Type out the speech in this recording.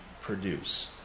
produce